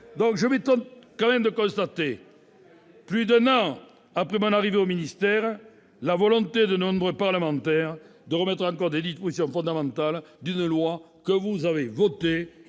! Je m'étonne toujours de constater, plus d'un an après mon arrivée au ministère, la volonté de nombreux parlementaires de remettre en cause les dispositions fondamentales d'une loi votée